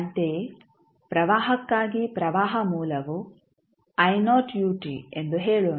ಅಂತೆಯೇ ಪ್ರವಾಹಕ್ಕಾಗಿ ಪ್ರವಾಹ ಮೂಲವು ಎಂದು ಹೇಳೋಣ